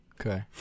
Okay